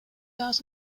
gas